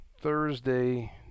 Thursday